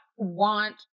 want